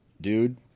dude